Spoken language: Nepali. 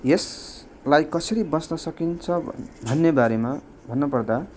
यसलाई कसरी बाँच्न सकिन्छ भन्ने बारेमा भन्नुपर्दा